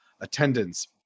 attendance